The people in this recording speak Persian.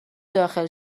داخل